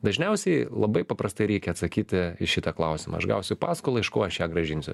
dažniausiai labai paprastai reikia atsakyti į šitą klausimą aš gausiu paskolą iš ko aš ją grąžinsiu